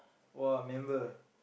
!wah! member